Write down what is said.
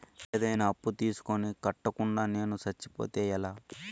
ఏదైనా అప్పు తీసుకొని కట్టకుండా నేను సచ్చిపోతే ఎలా